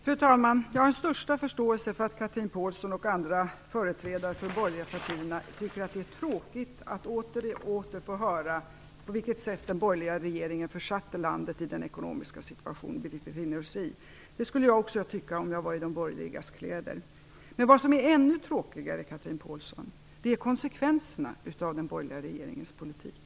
Fru talman! Jag har den största förståelse för att Chatrine Pålsson och andra företrädare för de borgerliga partierna tycker att det är tråkigt att åter och åter få höra om det sätt på vilket den borgerliga regeringen försatte landet i dess nuvarande ekonomiska situation. Det skulle jag också tycka om jag var i de borgerligas kläder. Men vad som är ännu tråkigare, Chatrine Pålsson, är konsekvenserna av den borgerliga regeringens politik.